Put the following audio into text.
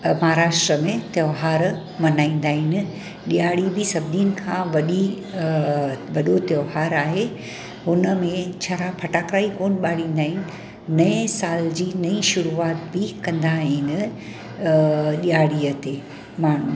महाराष्ट्र में त्योहार मल्हाईंदा आहिनि ॾियारी बि सभिनी खां वॾी वॾो त्योहारु आहे हुनमें छॾा पटाका ई कोनि ॿारींदा आहिनि नए साल जी नई शुरूआत बि कंदा आहिनि ॾियारी ते माण्हू